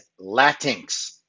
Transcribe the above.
Latinx